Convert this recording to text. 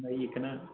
ਬਾਈ ਜੀ ਕਿੱਦਾਂ